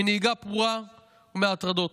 מנהיגה פרועה ומהטרדות.